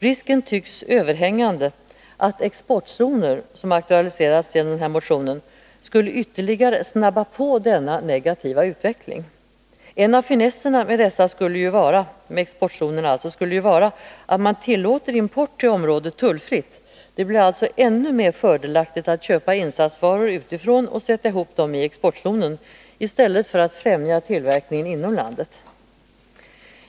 Risken tycks överhängande att exportzoner — en fråga som aktualiseras i den här motionen — skulle ytterligare snabba på denna negativa utveckling. En av finesserna med dessa exportzoner skulle ju vara att man tullfritt tillåter import till området. Det blir alltså nu ännu fördelaktigare än förut att köpa insatsvaror utifrån och sätta ihop dem i exportzonen i stället för att främja tillverkningen inom landet.